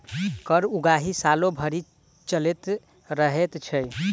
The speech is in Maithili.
कर उगाही सालो भरि चलैत रहैत छै